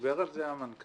דיבר על זה המנכ"ל.